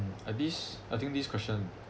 uh this I think this question